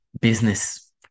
Business